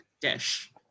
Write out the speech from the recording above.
dish